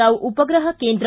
ರಾವ್ ಉಪಗ್ರಹ ಕೇಂದ್ರ